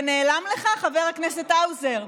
זה נעלם לך, חבר הכנסת האוזר?